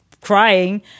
crying